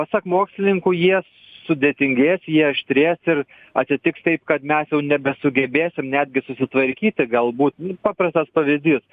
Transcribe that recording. pasak mokslininkų jie sudėtingės jie aštrės ir atsitiks taip kad mes jau nebesugebėsim netgi susitvarkyti galbūt paprastas pavyzdys